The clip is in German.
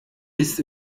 ist